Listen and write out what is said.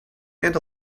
and